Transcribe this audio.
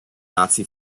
nazi